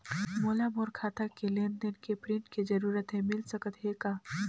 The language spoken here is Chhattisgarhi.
मोला मोर खाता के लेन देन के प्रिंट के जरूरत हे मिल सकत हे का?